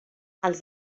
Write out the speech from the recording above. els